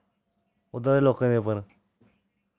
उत्थें दे लोकें उप्पर